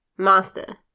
Master